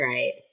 Right